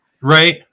right